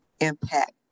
impact